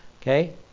Okay